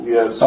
Yes